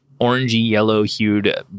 orangey-yellow-hued